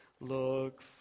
Look